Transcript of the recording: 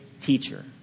teacher